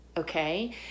Okay